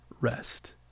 rest